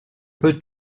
peut